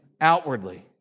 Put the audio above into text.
outwardly